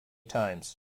times